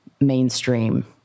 mainstream